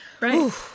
Right